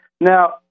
Now